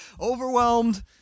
Overwhelmed